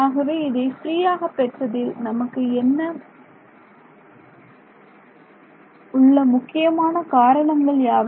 ஆகவே இதை ஃப்ரீயாக பெற்றதில் நமக்கு உள்ள முக்கியமான காரணங்கள் யாவை